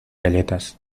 galletas